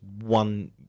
one